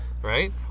Right